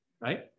right